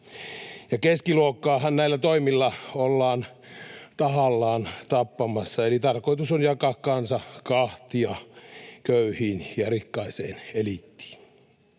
Keskiluokkaahan näillä toimilla ollaan tahallaan tappamassa, eli tarkoitus on jakaa kansa kahtia: köyhiin ja rikkaaseen eliittiin.